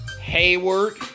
Hayward